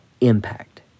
impact